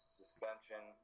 suspension